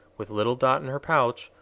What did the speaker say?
with little dot in her pouch,